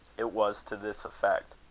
it was to this effect